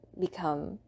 become